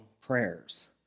prayers